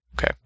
okay